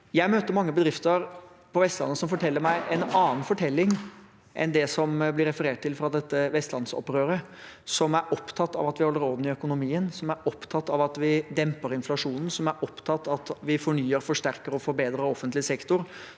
Jeg møter mange bedrifter på Vestlandet som forteller meg en annen fortelling enn det som blir referert til fra vestlandsopprøret. De er opptatt av at vi holder orden i økonomien, de er opptatt av at vi demper inflasjonen, de er opptatt av at vi fornyer, forsterker og forbedrer offentlig sektor,